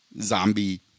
zombie